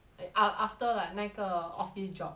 ah after like 那个 office job